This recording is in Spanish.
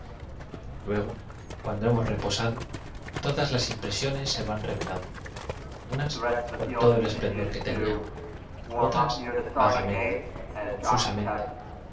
luego cuando hemos reposado todas la s im presiones se van revelando unas con todo e l esplendor que tenían o tía s vagamente confusam